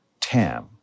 TAM